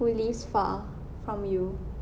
who lives far from you